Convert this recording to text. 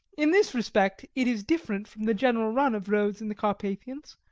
in this respect it is different from the general run of roads in the carpathians,